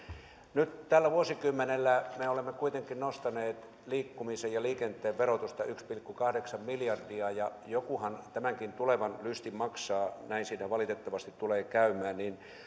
nyt tällä vuosikymmenellä me olemme kuitenkin nostaneet liikkumisen ja liikenteen verotusta yksi pilkku kahdeksan miljardia ja jokuhan tämänkin tulevan lystin maksaa näin siinä valitettavasti tulee käymään